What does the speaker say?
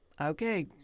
okay